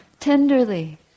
Tenderly